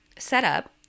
setup